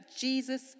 Jesus